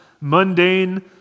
mundane